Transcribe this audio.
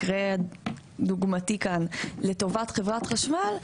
בדוגמה כאן לטובת חברת בחשמל,